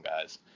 guys